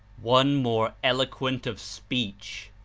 one more eloquent of speech,